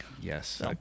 Yes